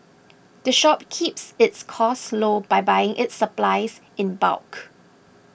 the shop keeps its costs low by buying its supplies in bulk